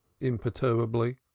imperturbably